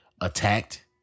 attacked